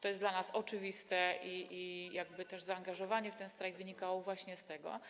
To jest dla nas oczywiste i nasze zaangażowanie w ten strajk wynikało właśnie z tego.